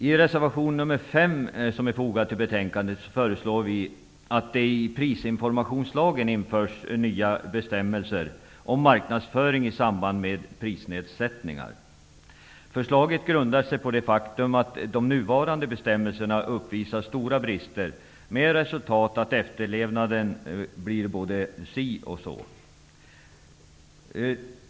I reservation nr 5 som är fogad till betänkandet föreslår vi att det i prisinformationslagen införs nya bestämmelser om marknadsföring i samband med prisnedsättningar. Förslaget grundar sig på det faktum att de nuvarande bestämmelserna uppvisar stora brister, med resultatet att efterlevnaden blir både si och så.